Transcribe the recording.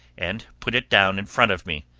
and put it down in front of me.